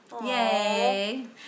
yay